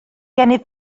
gennyf